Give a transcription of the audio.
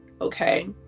okay